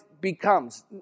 becomes